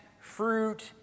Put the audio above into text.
fruit